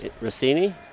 Rossini